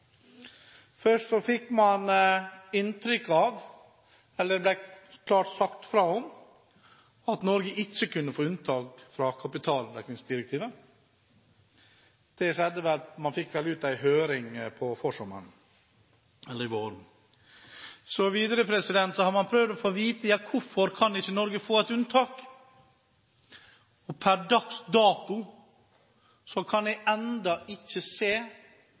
Først fikk man inntrykk av – eller det ble klart sagt fra om – at Norge ikke kunne få unntak fra kapitaldekningsdirektivet. Det fikk man vel ut i en høring på forsommeren eller på våren. Videre har man prøvd å få vite: Hvorfor kan ikke Norge få et unntak? Per dags dato kan jeg enda ikke se